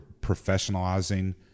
professionalizing